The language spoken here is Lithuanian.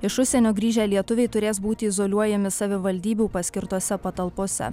iš užsienio grįžę lietuviai turės būti izoliuojami savivaldybių paskirtose patalpose